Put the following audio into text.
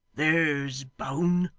there's bone